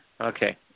Okay